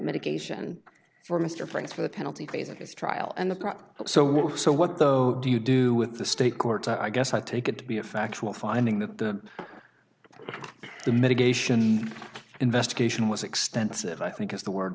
medication for mr franks for the penalty phase of his trial and the prop so what so what though do you do with the state court i guess i take it to be a factual finding that the medication investigation was extensive i think is the word